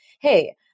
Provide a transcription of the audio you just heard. hey